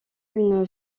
une